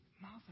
mother